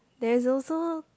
there is also